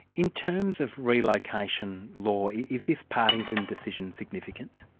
in terms of relocation law, is this partington decision significant?